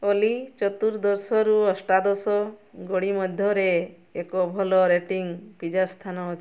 ଅଲି ଚତୁର୍ଦ୍ଦଶରୁ ଅଷ୍ଟାଦଶ ଗଳି ମଧ୍ୟରେ ଏକ ଭଲ ରେଟିଂ ପିଜ୍ଜା ସ୍ଥାନ ଅଛି